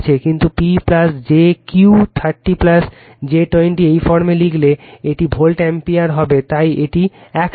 কিন্তু P jQ 30 j 20 এই ফর্মে লিখলে এটি ভোল্ট অ্যাম্পিয়ার হবে তাই এটি একসাথে